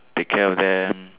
take care of them